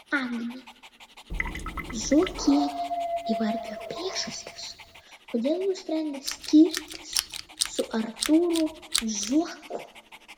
agnė zuokienė įvardijo priežastis kodėl nusprendė skirtis su artūru zuoku